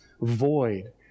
void